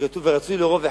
"רצוי לרוב אחיו".